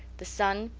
the sun,